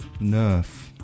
nerf